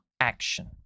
action